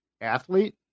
athlete